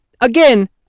Again